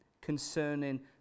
concerning